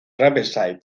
riverside